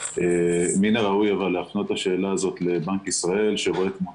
מן הראוי להפנות את השאלה הזו לבנק ישראל שרואה את התמונה